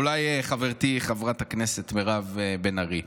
אולי חברתי חברת הכנסת מירב בן ארי,